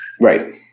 Right